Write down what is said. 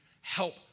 help